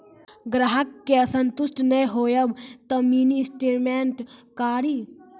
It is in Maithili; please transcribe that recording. ग्राहक के संतुष्ट ने होयब ते मिनि स्टेटमेन कारी?